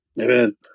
Amen